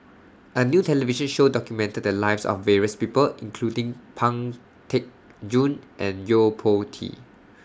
A New television Show documented The Lives of various People including Pang Teck Joon and Yo Po Tee